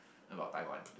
about Taiwan